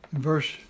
Verse